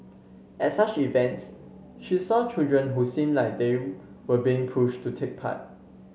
at such events she saw children who seemed like they were being pushed to take part